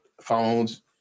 phones